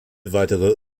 weitere